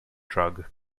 drug